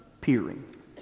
peering